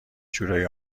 جورایی